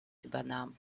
übernahm